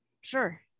Sure